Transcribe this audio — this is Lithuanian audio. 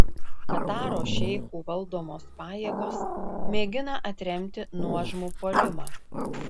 kataro šeichų valdomos pajėgos mėgina atremti nuožmų puolimą